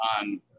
on